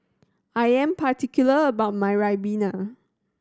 I am particular about my ribena